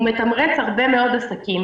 הוא מתמרץ הרבה מאוד עסקים,